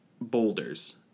boulders